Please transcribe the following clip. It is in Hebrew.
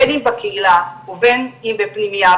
בין אם בקהילה ובין אם בפנימייה,